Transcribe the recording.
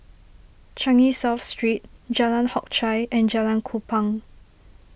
Changi South Street Jalan Hock Chye and Jalan Kupang